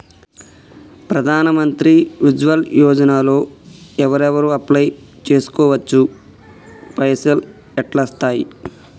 ప్రధాన మంత్రి ఉజ్వల్ యోజన లో ఎవరెవరు అప్లయ్ చేస్కోవచ్చు? పైసల్ ఎట్లస్తయి?